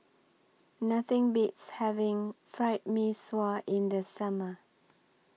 Nothing Beats having Fried Mee Sua in The Summer